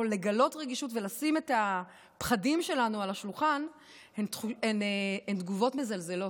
לגלות רגישות ולשים את הפחדים שלנו על השולחן הן תגובות מזלזלות,